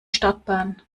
startbahn